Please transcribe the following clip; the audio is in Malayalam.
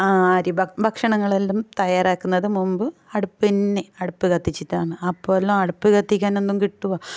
അരി ഭക്ഷണങ്ങളെല്ലാം തയ്യാറാക്കുന്നത് മുൻപ് അടുപ്പ് തന്നെ അടുപ്പ് കത്തിച്ചിട്ടാണ് അപ്പോൾ എല്ലാം അടുപ്പ് കത്തിക്കാനൊന്നും കിട്ടുവോ